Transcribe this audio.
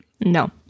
No